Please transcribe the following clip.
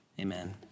Amen